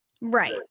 right